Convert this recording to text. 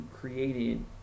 created